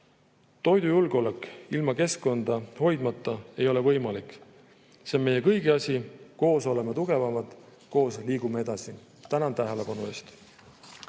Toidujulgeolek ilma keskkonda hoidmata ei ole võimalik. See on meie kõigi asi, koos oleme tugevamad, koos liigume edasi. Tänan tähelepanu eest!